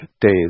days